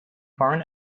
foreign